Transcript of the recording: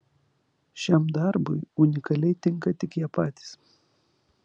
šiam darbui unikaliai tinka tik jie patys